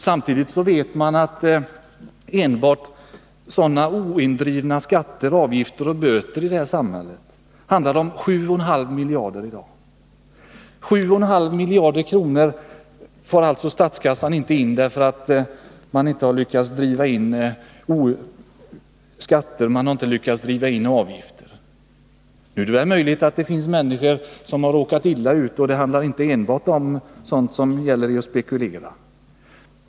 Samtidigt vet vi att enbart oindrivna skatter, avgifter och böter rör sig om 7,5 miljarder i dag, som statskassan alltså inte får in. Nu är det möjligt att det finns människor som råkat illa ut — det handlar inte enbart om människor som spekulerar.